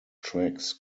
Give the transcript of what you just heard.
tracks